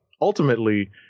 ultimately